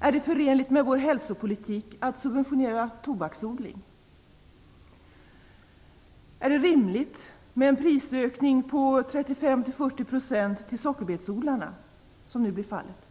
Är det förenligt med vår hälsopolitik att subventionera tobaksodling? Är det rimligt med en prisökning på 35-40 % till sockerbetsodlarna, som nu blir fallet?